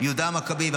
יהודה המכבי והחשמונאים,